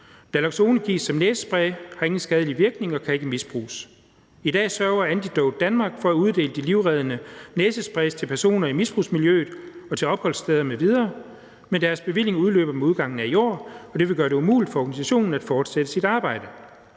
Naloxone gives som næsespray, har ingen skadelig virkning og kan ikke misbruges. I dag sørger Antidote Danmark for at uddele de livreddende næsesprays til personer i misbrugsmiljøet og til opholdssteder m.v., men deres bevilling udløber ved udgangen af i år, og det vil gøre det umuligt for organisationen at fortsætte sit arbejde.